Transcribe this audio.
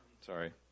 Sorry